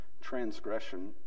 transgression